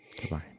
Goodbye